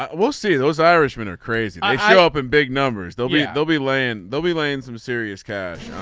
um we'll see those irishmen are crazy up in big numbers. they'll be yeah they'll be laying they'll be laying some serious cash.